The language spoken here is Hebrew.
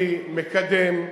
אני מקדם,